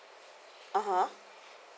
a'ah